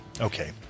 Okay